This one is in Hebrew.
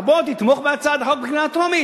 בוא תתמוך בהצעת החוק בקריאה טרומית,